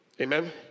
Amen